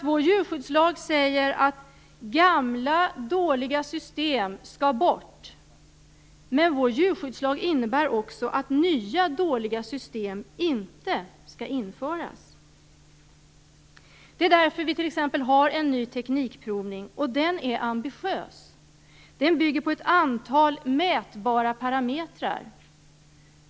Vår djurskyddslag säger att gamla, dåliga system skall bort, men den innebär också att nya, dåliga system inte skall införas. Det är därför vi t.ex. har en ny teknikprovning, och den är ambitiös. Den bygger på ett antal mätbara parametrar.